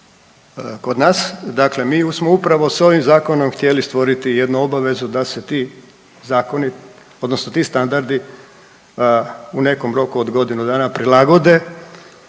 kod nas. Dakle, mi smo upravo s ovim Zakonom htjeli stvoriti jednu obavezu da se ti Zakoni, odnosni ti standardi u nekom roku od godine dana prilagode